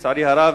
לצערי הרב,